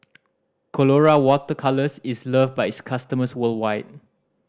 Colora Water Colours is loved by its customers worldwide